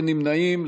אין נמנעים.